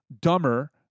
dumber